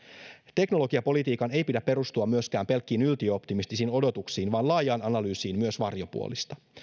teknologiapolitiikan ei pidä perustua myöskään pelkkiin yltiöoptimistisiin odotuksiin vaan laajaan analyysiin myös varjopuolista